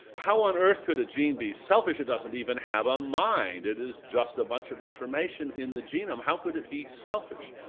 how on earth could a gene be selfish? it doesn't even have a mind. it is just a bunch of information in the genome how could it be selfish?